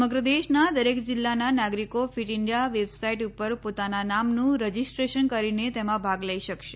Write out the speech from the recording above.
સમગ્ર દેશના દરેક જિલ્લાના નાગરિકો ફીટ ઇન્ડિયા વેબસાઇટ ઉપર પોતાના નામનું રજીસ્ટ્રેશન કરીને તેમાં ભાગ લઈ શકશે